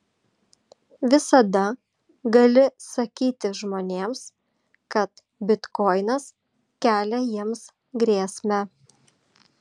visada gali sakyti žmonėms kad bitkoinas kelia jiems grėsmę